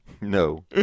No